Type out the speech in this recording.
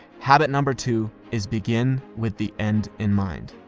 habit number two is begin with the end in mind.